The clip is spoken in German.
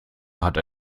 hat